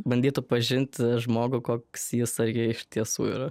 bandytų pažint žmogų koks jisai iš tiesų yra